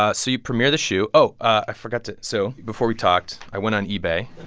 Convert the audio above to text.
ah so you premier the shoe oh, i forgot to so before we talked, i went on ebay